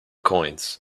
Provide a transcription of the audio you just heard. coins